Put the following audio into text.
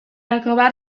acabar